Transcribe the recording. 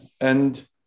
And-